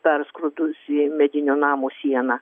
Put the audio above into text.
perskrodusi medinio namo sieną